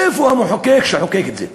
איפה המחוקק שחוקק את זה?